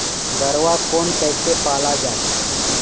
गरवा कोन कइसे पाला जाही?